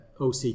OC